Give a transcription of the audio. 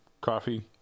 coffee